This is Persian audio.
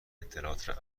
اطلاعات